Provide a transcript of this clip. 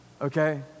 okay